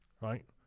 right